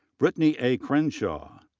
brittany a. crenshaw.